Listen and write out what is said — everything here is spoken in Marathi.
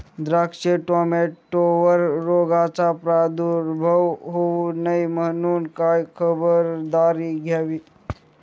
द्राक्ष, टोमॅटोवर रोगाचा प्रादुर्भाव होऊ नये म्हणून काय खबरदारी घ्यावी?